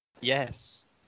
Yes